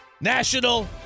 National